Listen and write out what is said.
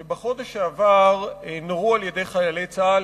שבחודש שעבר נורו על-ידי חיילי צה"ל.